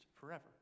forever